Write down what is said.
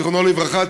זיכרונו לברכה,